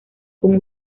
con